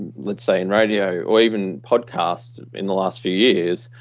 let's say, in radio or even podcast in the last few years,